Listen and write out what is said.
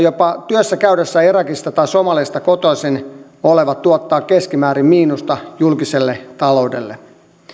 jopa työssä käydessään irakista tai somaliasta kotoisin oleva tuottaa keskimäärin miinusta julkiselle taloudelle